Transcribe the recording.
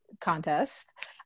contest